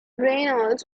reynolds